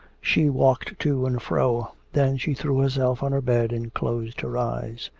she walked to and fro. then she threw herself on her bed and closed her eyes.